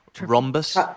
rhombus